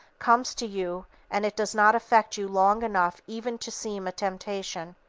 comes to you and it does not affect you long enough even to seem a temptation,